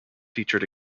featured